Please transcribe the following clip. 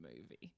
movie